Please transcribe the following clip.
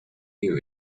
new